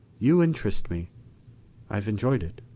you interest me i've enjoyed it.